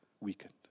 weakened